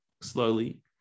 slowly